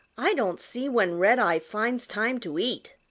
i don't see when redeye finds time to eat,